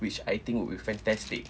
which I think would be fantastic